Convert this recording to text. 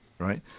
Right